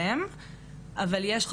שזה כבר עובר את הקווים.